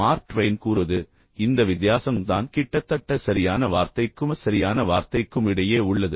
mark Twain கூறுவது இந்த வித்யாசம் தான் கிட்டத்தட்ட சரியான வார்த்தைக்கும சரியான வார்த்தைக்குமிடையே உள்ளது